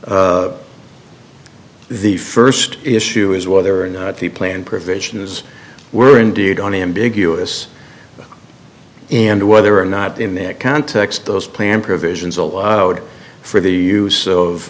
cases the first issue is whether or not the plan provision is were indeed on ambiguous and whether or not in that context those planned provisions allowed for the use of